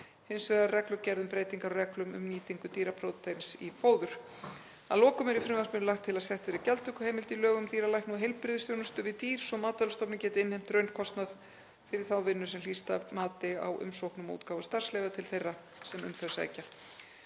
Hins vegar er reglugerð um breytingar á reglum um nýtingu dýrapróteins í fóður. Að lokum er í frumvarpinu lagt til að sett verði gjaldtökuheimild í lög um dýralækna og heilbrigðisþjónustu við dýr svo að Matvælastofnun geti innheimt raunkostnað fyrir þá vinnu sem hlýst af mati á umsóknum um útgáfu starfsleyfa til þeirra sem um þau sækja.